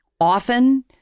often